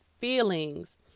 feelings